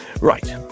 Right